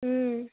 ও